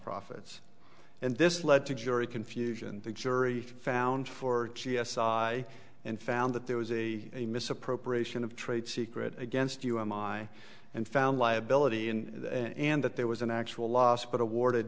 profits and this led to jury confusion the jury found for c s i and found that there was a a misappropriation of trade secret against you on my and found liability in that and that there was an actual loss but awarded